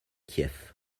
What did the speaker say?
kiev